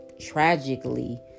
tragically